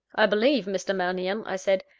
i believe, mr. mannion, i said,